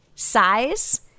Size